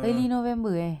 early november eh